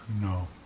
No